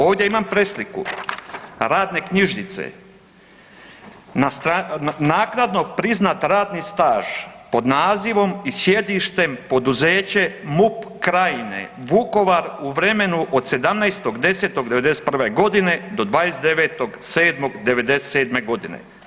Ovdje imam presliku radne knjižice, naknadno priznat radni staž pod nazivom i sjedištem poduzeće MUP Krajine, Vukovar u vremenu od 17. 10. 91. do 29. 7. 97. godine.